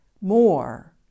More